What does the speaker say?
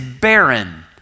barren